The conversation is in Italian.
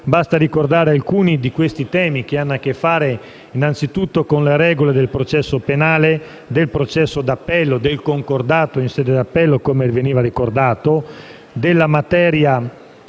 Basta ricordare alcuni di questi temi, che hanno a che fare, innanzitutto, con le regole del processo penale, del processo d'appello, del concordato in sede d'appello, come veniva ricordato, dei rapporti